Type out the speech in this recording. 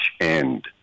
End